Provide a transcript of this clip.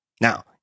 now